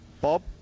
Bob